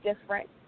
different